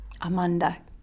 Amanda